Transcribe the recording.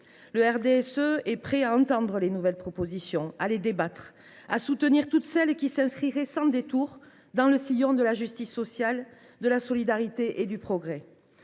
le RDSE est prêt à entendre les nouvelles propositions, à en débattre, à soutenir toutes celles qui s’inscrivent sans détour dans le sillon de la justice sociale, de la solidarité et du progrès.